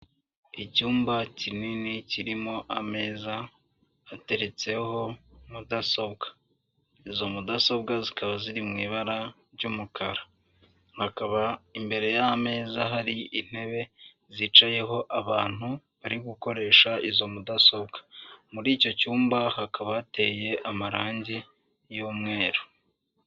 Icyumba kinini kirimo ameza ateretseho mudasobwa, izo mudasobwa zikaba ziri mu ibara ry'umukara, hakaba imbere y'ameza hari intebe zicayeho abantu bari gukoresha izo mudasobwa, muri icyo cyumba hakaba hateye amarange y'umweru.